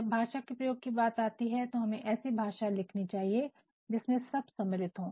जब भाषा के प्रयोग की बात आती है तो हमें ऐसी भाषा लिखनी चाहिए जिसमें सब सम्मिलित हो